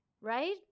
Right